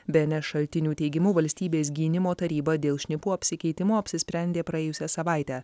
bns šaltinių teigimu valstybės gynimo taryba dėl šnipų apsikeitimo apsisprendė praėjusią savaitę